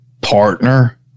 partner